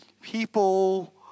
people